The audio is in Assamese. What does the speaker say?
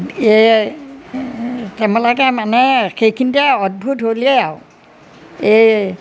এই তেওঁবিলাকে মানে সেইখিনিতে অদ্ভুত হ'লেই আৰু এই